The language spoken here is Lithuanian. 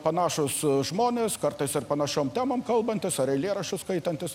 panašūs žmonės kartais ir panašiom temom kalbantys ar eilėraščius skaitantys